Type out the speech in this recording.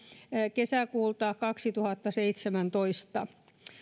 kesäkuulta kaksituhattaseitsemäntoista